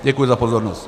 Děkuji za pozornost.